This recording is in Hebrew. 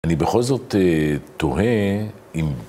אני בכל זאת תוהה אם...